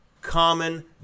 common